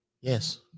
Yes